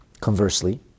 conversely